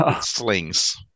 slings